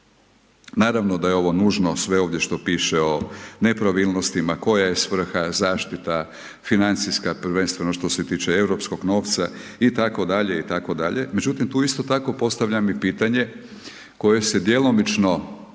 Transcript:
naravno da je ovo nužno sve ovdje što piše o nepravilnostima, koja je svrha, zaštita, financijska prvenstveno što se tiče Europskog novca itd., itd. međutim tu isto tako postavljam i pitanje koje se djelomično